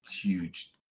huge